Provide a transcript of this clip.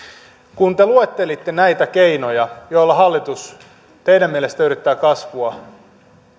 kun te luettelitte näitä keinoja joilla hallitus teidän mielestänne yrittää kasvua